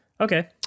Okay